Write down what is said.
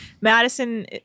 Madison